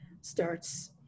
starts